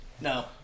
No